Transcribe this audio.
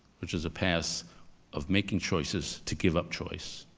which is a path of making choices to give up choice,